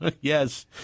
yes